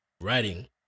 Writing